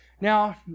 Now